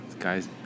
Guys